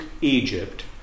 Egypt